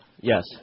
Yes